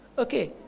Okay